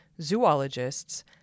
zoologists